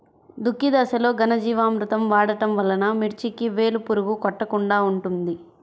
దుక్కి దశలో ఘనజీవామృతం వాడటం వలన మిర్చికి వేలు పురుగు కొట్టకుండా ఉంటుంది?